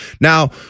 Now